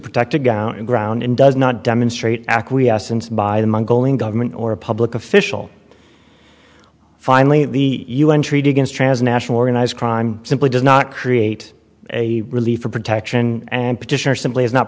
protect to go out and ground and does not demonstrate acquiescence by the mongolian government or a public official finally the u n treaty against transnational organized crime simply does not create a relief or protection and petitioner simply has not